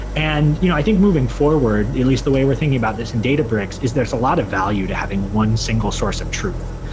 and you know i think moving forward, at least the way we're thinking about this in databricks, is there's a lot of value to having one single source of truth.